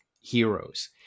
heroes